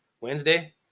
Wednesday